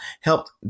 helped